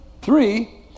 Three